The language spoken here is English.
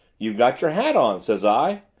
you've got your hat on says i.